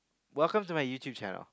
welcome to my YouTube channel